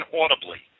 audibly